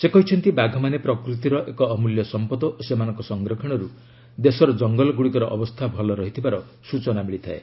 ସେ କହିଛନ୍ତି ବାଘମାନେ ପ୍ରକୃତିର ଏକ ଅମ୍ବଲ୍ୟ ସମ୍ପଦ ଓ ସେମାନଙ୍କ ସଂରକ୍ଷଣରୁ ଦେଶର ଜଙ୍ଗଲଗୁଡ଼ିକର ଅବସ୍ଥା ଭଲ ରହିଥିବାର ସୂଚନା ମିଳିଥାଏ